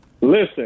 Listen